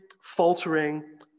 faltering